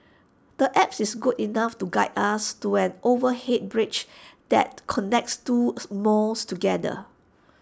the apps is good enough to guide us to an overhead bridge that connects two smalls together